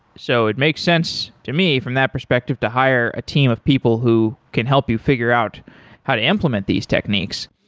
so it makes sense to me from that perspective to hire a team of people who can help you figure out how to implement these techniques.